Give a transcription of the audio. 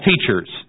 teachers